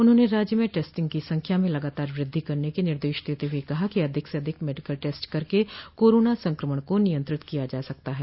उन्होंने राज्य में टेस्टिंग की संख्या में लगातार वृद्धि करने के निर्देश देते हुए कहा कि अधिक से अधिक मेडिकल टेस्ट करके कोरोना संक्रमण को नियंत्रित किया जा सकता है